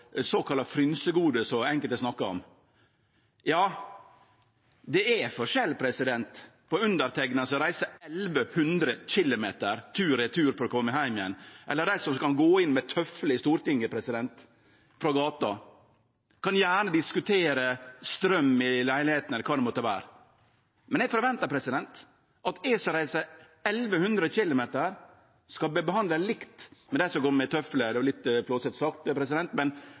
såkalla frynsegode, som enkelte snakkar om. Ja, det er forskjell på underteikna, som reiser 1 100 km tur/retur for å kome heim igjen, og dei som kan gå inn med tøflar i Stortinget frå gata. Ein kan gjerne diskutere straum i leilegheita eller kva det måtte vere, men eg forventar at eg som reiser 1 100 km, skal verte behandla likt med dei som går med tøflar – det er litt flåsete sagt,